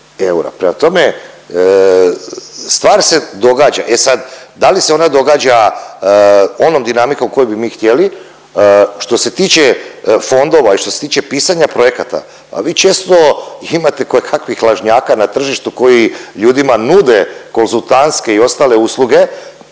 eura. Prema tome, stvar se događa, e sad da li se ona događa onom dinamikom koju bi mi htjeli, što se tiče fondova i što se tiče pisanja projekata pa vi često imate koje kakvih lažnjaka na tržištu koji ljudima nude konzultantske i ostale usluge